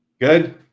Good